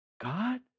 God